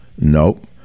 Nope